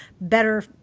better